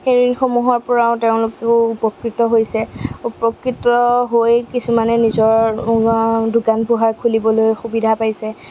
সেই ঋণসমূহৰ পৰাও তেওঁলোক উপকৃত হৈছে উপকৃত হৈ কিছুমানে নিজৰ দোকান পোহাৰ খুলিবলৈ সুবিধা পাইছে